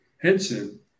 Henson